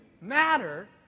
matter